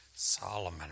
Solomon